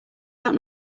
out